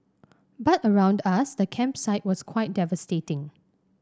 but around us the campsite was quite devastating